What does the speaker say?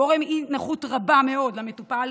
גורם אי-נוחות רבה מאוד למטופל